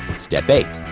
step eight.